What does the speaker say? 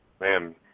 man